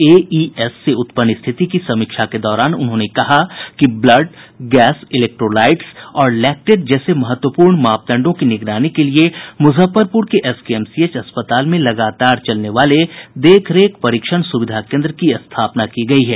AES से उत्पन्न स्थिति की समीक्षा के दौरान उन्होंने कहा कि ब्लड गैस इलेक्ट्रोलाइट्स और लैक्टेट जैसे महत्वपूर्ण मापदंडों की निगरानी के लिए मुजफ्फरपुर के एसकेएमसीएच अस्पताल में लगातार चलने वाले देखरेख परीक्षण सुविधा केन्द्र की स्थापना की गयी है